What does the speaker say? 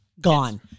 gone